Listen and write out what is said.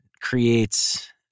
creates